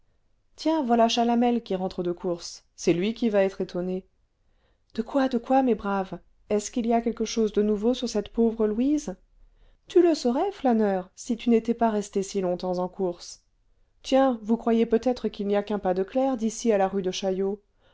tiens voilà chalamel qui rentre de course c'est lui qui va être étonné de quoi de quoi mes braves est-ce qu'il y a quelque chose de nouveau sur cette pauvre louise tu le saurais flâneur si tu n'étais pas resté si longtemps en course tiens vous croyez peut-être qu'il n'y a qu'un pas de clerc d'ici à la rue de chaillot